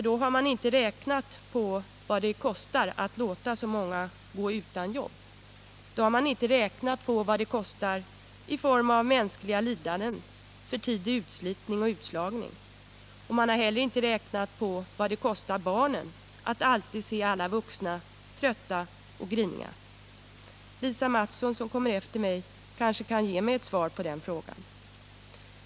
Då har man inte räknat på vad det kostar att låta så många gå utan jobb, på vad det kostar i form av mänskliga lidanden genom för tidig utslitning och utslagning liksom inte heller på vad det kostar barnen att alltid få se alla vuxna trötta och griniga. Lisa Mattson, som kommer efter mig på talarlistan, kanske kan ge ett svar på den frågan.